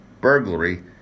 burglary